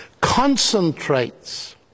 concentrates